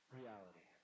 reality